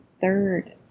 third